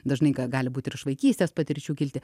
dažnai ga gali būti ir iš vaikystės patirčių kilti